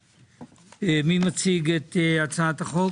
מי מציג את הצעת החוק?